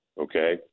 okay